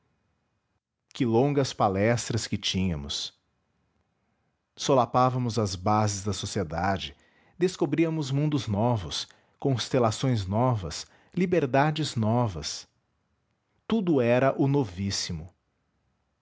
que longas palestras que tínhamos solapávamos as bases da sociedade descobríamos mundos novos constelações novas liberdades novas tudo era o novíssimo